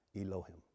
Elohim